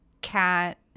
Cat